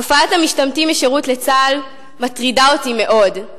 תופעת המשתמטים משירות לצה"ל מטרידה אותי מאוד.